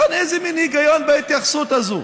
לכן, איזה מין היגיון בהתייחסות הזאת?